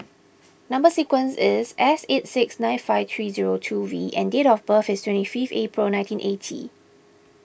Number Sequence is S eight six nine five three zero two V and date of birth is twenty five April nineteen eighty